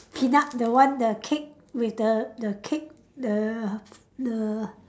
peanut the one the cake with the the cake the the